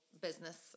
business